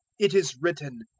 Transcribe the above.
it is written,